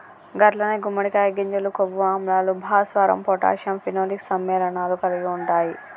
గట్లనే గుమ్మడికాయ గింజలు కొవ్వు ఆమ్లాలు, భాస్వరం పొటాషియం ఫినోలిక్ సమ్మెళనాలను కలిగి ఉంటాయి